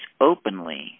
openly